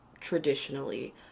traditionally